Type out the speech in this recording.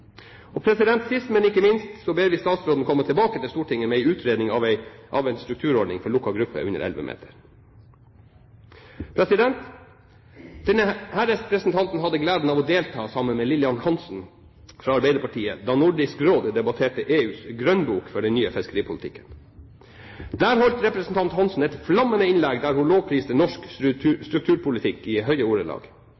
Sist, men ikke minst, ber vi statsråden komme tilbake til Stortinget med en utredning av en strukturordning for lukket gruppe under 11 meter. Denne representanten hadde gleden av å delta sammen med Lillian Hansen fra Arbeiderpartiet da Nordisk Råd debatterte EUs grønnbok for den nye fiskeripolitikken. Der holdt representanten Hansen et flammende innlegg der hun lovpriste norsk